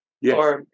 Yes